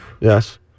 Yes